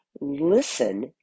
listen